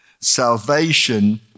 Salvation